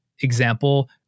example